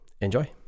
enjoy